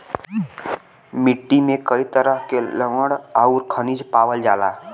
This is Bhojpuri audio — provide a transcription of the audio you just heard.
मट्टी में कई तरह के लवण आउर खनिज पावल जाला